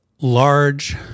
large